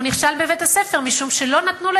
הוא נכשל בבית-הספר משום שלא נתנו לו